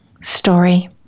story